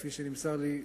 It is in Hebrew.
כפי שנמסר לי,